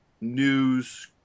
news